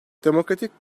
demokratik